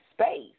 space